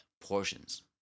portions